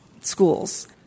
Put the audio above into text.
schools